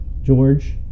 George